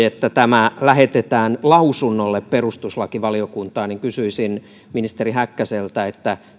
että tämä lähetetään lausunnolle perustuslakivaliokuntaan kysyä ministeri häkkäseltä